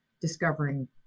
discovering